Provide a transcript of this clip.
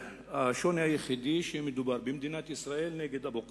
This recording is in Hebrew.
השוני היחידי, שמדובר במדינת ישראל נגד אבו קאסם,